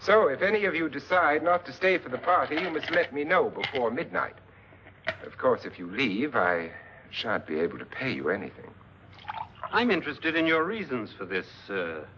so if any of you decide not to stay for the party image let me know before midnight of course if you leave i shan't be able to pay you anything i'm interested in your reasons for this